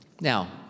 Now